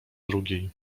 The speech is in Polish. drugiej